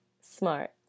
smart